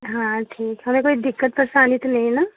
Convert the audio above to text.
हाँ ठीक हमें कोई दिक्कत परेशानी तो नहीं है न